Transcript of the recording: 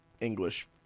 English